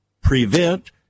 prevent